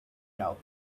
now